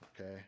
okay